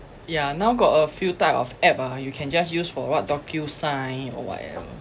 yeah now got a few type of app ah you can just use for what docusign or whatever